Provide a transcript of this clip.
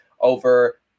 over